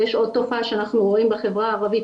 ויש עוד תופעה שאנחנו רואים בחברה הערבית,